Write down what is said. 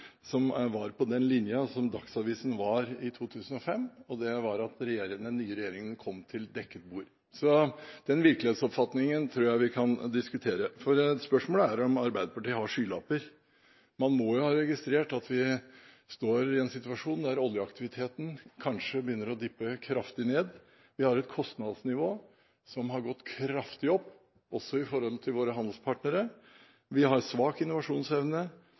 var på den linja som Dagsavisen var i 2005, at den nye «regjeringen kom til et dekket bord», så den virkelighetsoppfatningen tror jeg vi kan diskutere. Spørsmålet er om Arbeiderpartiet har skylapper. Man må ha registrert at vi står i en situasjon der oljeaktiviteten kanskje begynner å «dippe» kraftig ned. Vi har et kostnadsnivå som har gått kraftig opp – også i forhold til våre handelspartnere – vi har svak innovasjonsevne,